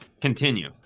continue